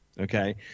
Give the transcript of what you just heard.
okay